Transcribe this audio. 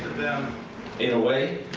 them in a way